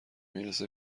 میرسه